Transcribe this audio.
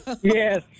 Yes